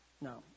no